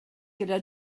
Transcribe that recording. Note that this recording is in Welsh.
gyda